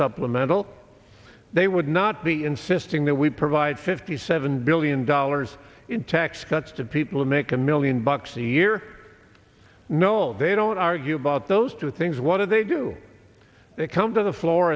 supplemental they would not be insisting that we provide fifty seven billion dollars in tax cuts to people who make a million bucks a year no they don't argue about those two things what do they do they come to the floor